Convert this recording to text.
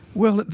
well,